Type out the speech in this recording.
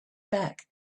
back